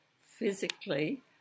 physically